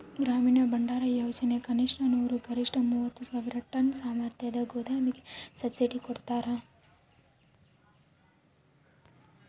ಗ್ರಾಮೀಣ ಭಂಡಾರಯೋಜನೆ ಕನಿಷ್ಠ ನೂರು ಗರಿಷ್ಠ ಮೂವತ್ತು ಸಾವಿರ ಟನ್ ಸಾಮರ್ಥ್ಯದ ಗೋದಾಮಿಗೆ ಸಬ್ಸಿಡಿ ಕೊಡ್ತಾರ